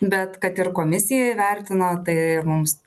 bet kad ir komisija įvertino tai mums